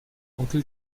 onkel